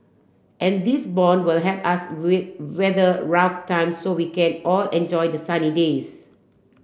and these bond will help us weather rough times so we can all enjoy the sunny days